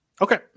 Okay